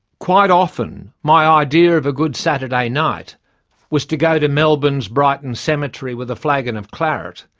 quite often, my idea of a good saturday night was to go to melbourne's brighton cemetery, with a flagon of claret,